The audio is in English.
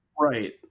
right